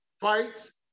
fights